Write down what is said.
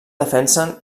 defensen